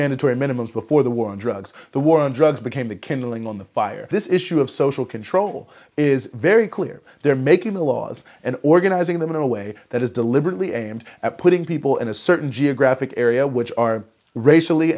mandatory minimums before the war on drugs the war on drugs became the kindling on the fire this issue of social control is very clear they are making the laws and organizing them in a way that is deliberately aimed at putting people in a certain geographic area which are racially